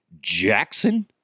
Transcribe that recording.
Jackson